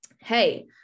hey